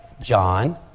John